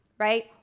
Right